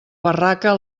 barraca